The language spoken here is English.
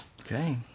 Okay